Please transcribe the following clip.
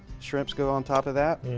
shrimps go on top of that.